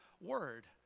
word